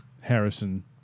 Harrison